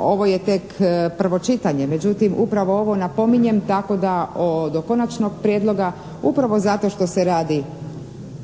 ovo je tek prvo čitanje međutim upravo ovo napominjem tako da do konačnog prijedloga upravo zato što se radi